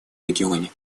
регионе